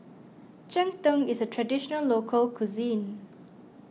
Cheng Tng is a Traditional Local Cuisine